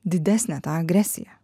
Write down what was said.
didesnė ta agresija